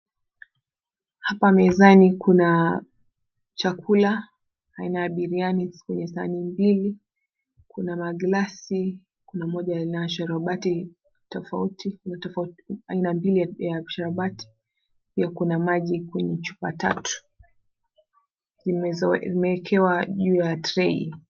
Hapa mezani kuna chakula aina ya biriani kwenye sahani mbili kuna maglasi na moja ina maji ya sharubati aina mbili na kuna maji kwenye chupa tatu imewekwa juu ya [cp]tray[cp]